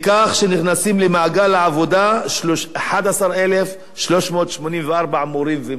שנכנסים למעגל העבודה 11,384 מורים ומורות.